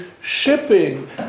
shipping